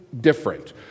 different